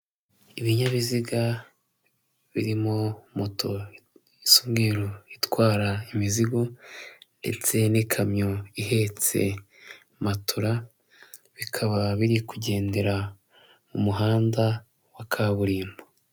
Ibinyabiziga birimo moto isa umweru itwara imizigo, ndetse n'ikamyo ihetse matora, bikaba biri kugendera mu muhanda wa kaburimbo.